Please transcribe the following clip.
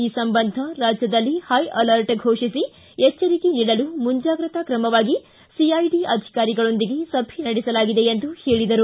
ಈ ಸಂಬಂಧ ರಾಜ್ಜದಲ್ಲಿ ಹೈ ಅಲರ್ಟ್ ಘೋಷಿಸಿ ಎಚ್ದರಿಕೆ ನೀಡಲು ಮುಂಜಾಗ್ರತಾ ಕ್ರಮವಾಗಿ ಸಿಐಡಿ ಅಧಿಕಾರಿಗಳೊಂದಿಗೆ ಸಭೆ ನಡೆಸಲಾಗಿದೆ ಎಂದು ಹೇಳಿದರು